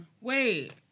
Wait